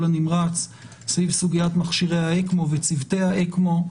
הנמרץ סביב סוגיית מכשירי האקמו וצוותי האקמו,